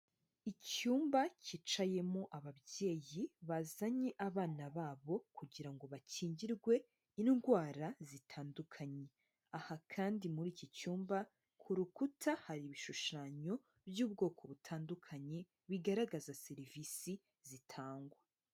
Icyumba cyicayemo ababyeyi bazanye abana babo kugira ngo bakingirwe indwara zitandukanye, aha kandi muri iki cyumba ku rukuta hari ibishushanyo by'ubwoko butandukanye bigaragaza serivisi zitangwa.